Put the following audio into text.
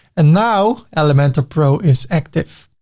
and now elementor pro is active.